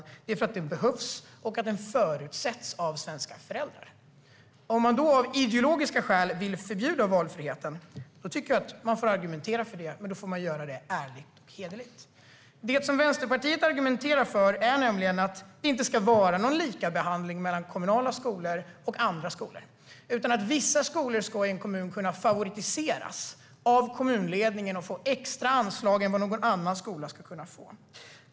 Det har vi för att den behövs och för att den förutsätts av svenska föräldrar. Om man av ideologiska skäl vill förbjuda valfriheten tycker jag att man får argumentera för det. Men då får man göra det ärligt och hederligt. Det som Vänsterpartiet argumenterar för är nämligen att det inte ska vara lika behandling för kommunala skolor och andra skolor. Vissa skolor i en kommun ska kunna favoriseras av kommunledningen och få extra anslag som inte någon annan skola ska kunna få.